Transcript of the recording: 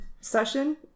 session